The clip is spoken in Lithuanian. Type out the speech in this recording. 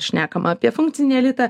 šnekama apie funkcinį elitą